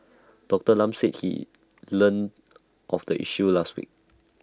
Doctor Lam said he learn of the issue last week